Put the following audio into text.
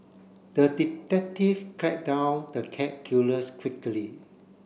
the detective tracked down the cat killers quickly